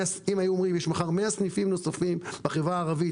אם יאמרו מחר שיש 100 סניפים נוספים בחברה הערבית